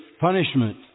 punishment